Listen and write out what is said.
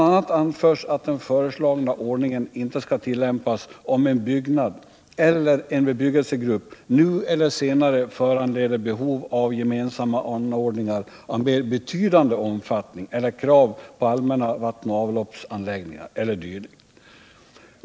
a. anförs att den föreslagna ordningen inte skall tillämpas om en byggnad eller en bebyggelsegrupp nu eller senare föranleder behov av gemensamma anordningar av mer betydande omfattning eller krav på allmänna va-anläggningar o. d.